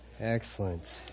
Excellent